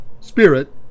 Spirit